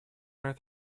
earth